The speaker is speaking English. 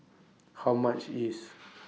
How much IS